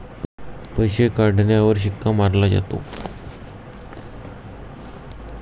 पैसे काढण्यावर शिक्का मारला जातो